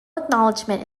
acknowledgement